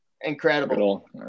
incredible